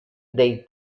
dei